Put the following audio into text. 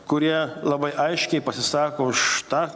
kurie labai aiškiai pasisako už tą